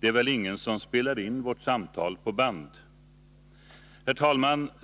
Det är väl ingen som spelar in vårt samtal på band? Herr talman!